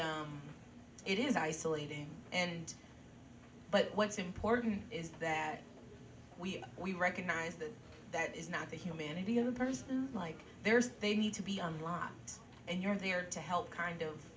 it is isolating and but what's important is that we we recognize that that is not the humanity of a person like theirs they need to be unlocked and you're there to help kind of